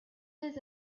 des